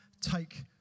take